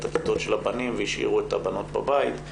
הכיתות של הבנים והשאירו את הבנות בבית,